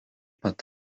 pat